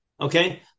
Okay